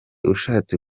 ushatse